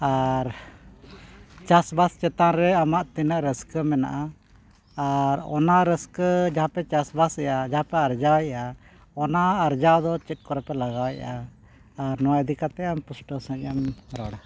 ᱟᱨ ᱪᱟᱥ ᱵᱟᱥ ᱪᱮᱛᱟᱱ ᱨᱮ ᱟᱢᱟᱜ ᱛᱤᱱᱟᱹᱜ ᱨᱟᱹᱥᱠᱟᱹ ᱢᱮᱱᱟᱜᱼᱟ ᱟᱨ ᱚᱱᱟ ᱨᱟᱹᱥᱠᱟᱹ ᱡᱟᱦᱟᱸ ᱯᱮ ᱪᱟᱥ ᱵᱟᱥᱮᱜᱼᱟ ᱡᱟᱦᱟᱸ ᱯᱮ ᱟᱨᱡᱟᱣᱮᱜᱼᱟ ᱚᱱᱟ ᱟᱨᱡᱟᱣ ᱫᱚ ᱪᱮᱫ ᱠᱚᱨᱮ ᱯᱮ ᱞᱟᱜᱟᱣᱮᱜᱼᱟ ᱟᱨ ᱱᱚᱣᱟ ᱤᱫᱤ ᱠᱟᱛᱮ ᱟᱢ ᱯᱩᱥᱴᱟᱹᱣ ᱥᱟᱺᱦᱤᱡ ᱮᱢ ᱨᱚᱲᱟ